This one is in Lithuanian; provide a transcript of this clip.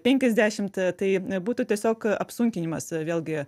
penkiasdešimt tai būtų tiesiog apsunkinimas vėlgi